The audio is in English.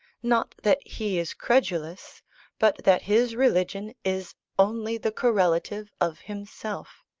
not that he is credulous but that his religion is only the correlative of himself,